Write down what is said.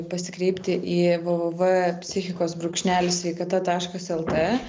pasikreipti į vvv psichikos brūkšnelis sveikata taškas lt